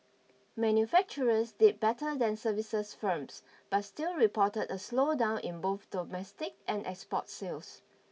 manufacturers did better than services firms but still reported a slowdown in both domestic and export sales